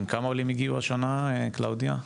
כמה עולים הגיעו השנה, קלאודיה?